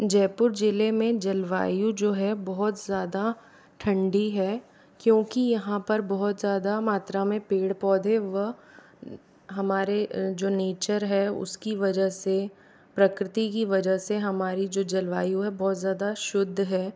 जयपुर जिले में जलवायु जो है बहुत ज़्यादा ठंडी है क्योंकि यहाँ बहुत ज़्यादा मात्रा में पेड़ पौधे वह हमारे जो नेचर हैं उसकी वजह से प्रकृति की वजह से हमारी जो जलवायु है बहुत ज़्यादा शुद्ध है